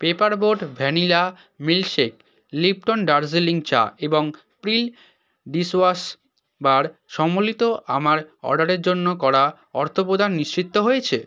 paper boat vanilla milkshake Lipton Darjeeling চা এবং Pril dish wash bar সম্বলিত আমার অর্ডারের জন্য করা অর্থপ্রদান নিশ্চিত হয়েছে